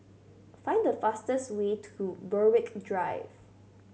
find the fastest way to Berwick Drive